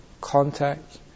contact